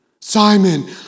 Simon